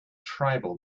tribal